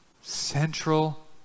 central